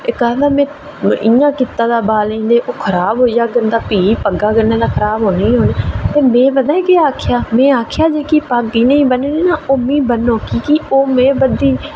ते इक आखदा में इ'यां कीते दा बालें गी ते ओह् खराब होई जाह्ङन तां भी पग्गां कन्नै बाल खराब ते होने ई होने न ते में पता केह् आखेआ ते में आखेआ कि जेह्की पग्ग इ'नें गी ब'न्ननी ओह् मिगी ब'न्नो